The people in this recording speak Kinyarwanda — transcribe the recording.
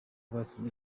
batsinze